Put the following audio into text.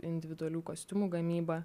individualių kostiumų gamyba